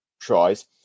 tries